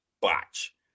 botch